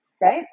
Right